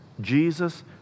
Jesus